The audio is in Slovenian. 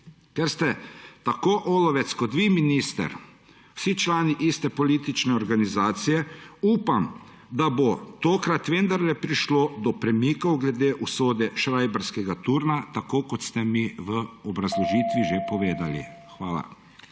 Ker ste tako Olovec kot vi minister, vsi člani iste politične organizacije, upam, da bo tokrat vendarle prišlo do premikov glede usode Šrajbarskega turna tako kot ste mi v obrazložitvi že povedali. Hvala.